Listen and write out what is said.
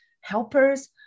helpers